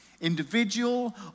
Individual